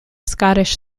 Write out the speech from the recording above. scottish